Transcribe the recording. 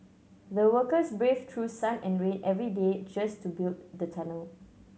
the workers braved through sun and rain every day just to build the tunnel